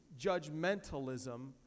judgmentalism